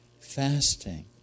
fasting